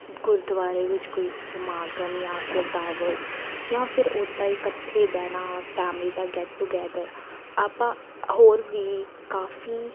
ਗੁਰਦੁਆਰੇ ਵਿੱਚ ਕੋਈ ਸਮਾਗਮ ਜਾਂ ਫਿਰ ਦਾਵਤ ਜਾਂ ਫਿਰ ਉੱਦਾਂ ਹੀ ਇਕੱਠੇ ਬਹਿਣਾ ਫੈਮਿਲੀ ਦਾ ਗੈਟ ਟੂਗੈਦਰ ਆਪਾਂ ਹੋਰ ਵੀ ਕਾਫੀ